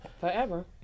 Forever